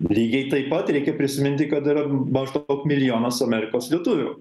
lygiai taip pat reikia prisiminti kad yra maždaug milijonas amerikos lietuvių